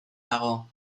dago